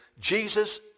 Jesus